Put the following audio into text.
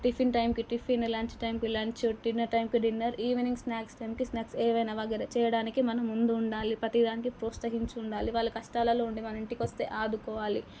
tiffin టైమ్కి tiffin lunch టైమ్కి lunch dinner టైమ్కి డిన్నర్ ఈవినింగ్ స్న్యాక్స్ టైమ్కి స్న్యాక్స్ ఏవైనా గానీ చేయడానికి మనం ముందుండాలి ప్రతీ దానికి ప్రోత్సహిస్తూ ఉండాలి వాళ్ళు ఏదైనా కష్టాల్లో ఉండి మన ఇంటికొస్తే ఆదుకోవాలి